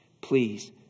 please